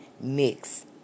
mix